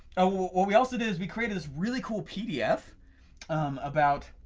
what we also did is we created this really cool pdf about,